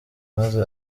maze